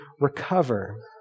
recover